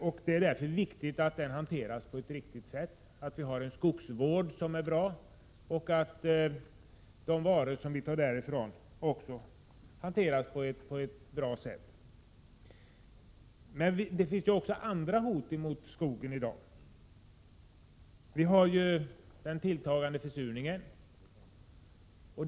Därför är det viktigt att skogen sköts, att vi får en god skogsvård och att de varor vi tar från skogen hanteras på ett bra sätt. Men det finns också hot mot skogen i dag. Vi har t.ex. den tilltagande försurningen.